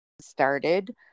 started